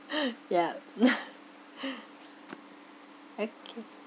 yeah okay